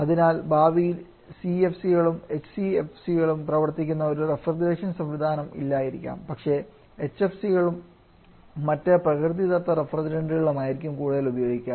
അതിനാൽ ഭാവിയിൽ CFC കളും HCFC കളും പ്രവർത്തിക്കുന്ന ഒരു റഫ്രിജറേഷൻ സംവിധാനവും ഇല്ലായിരിക്കാം പക്ഷേ HFC കളിലും മറ്റ് പ്രകൃതിദത്ത റഫ്രിജറന്റുകളിലും ആയിരിക്കും കൂടുതൽ ഉപയോഗിക്കുക